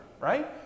right